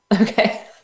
Okay